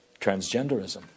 transgenderism